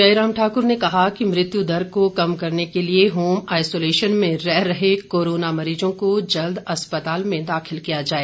जयराम ठाकुर ने कहा कि मृत्यु दर को कम करने के लिए होम आइसोलेशन में रह रहे कोरोना मरीजों को जल्द अस्पताल में दाखिल किया जाए